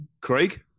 Craig